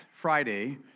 Friday